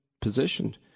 positioned